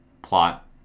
plot